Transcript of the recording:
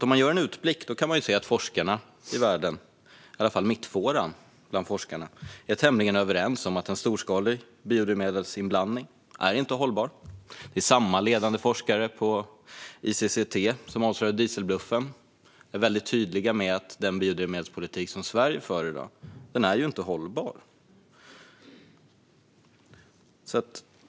Om vi gör en utblick kan vi se att man i mittfåran bland forskarna i världen är tämligen överens om att en storskalig biodrivmedelsinblandning inte är hållbar. Det är samma ledande forskare på ICCT som avslöjade dieselbluffen. De är väldigt tydliga med att den drivmedelspolitik som Sverige för i dag inte är hållbar.